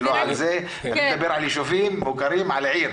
אני מדבר על עיר.